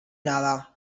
nada